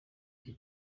iki